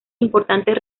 importantes